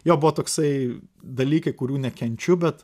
jo buvo toksai dalykai kurių nekenčiu bet